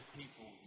people